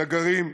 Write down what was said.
נגרים,